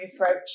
approach